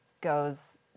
goes